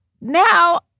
Now